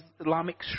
Islamic